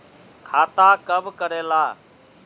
खाता कब करेला?